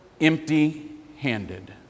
empty-handed